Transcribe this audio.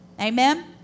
Amen